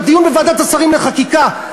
בדיון בוועדת שרים לחקיקה,